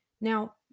Now